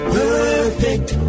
perfect